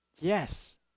Yes